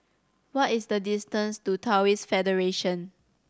what is the distance to Taoist Federation